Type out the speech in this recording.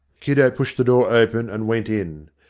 kiddo pushed the door open and went in.